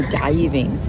diving